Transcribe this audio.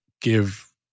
give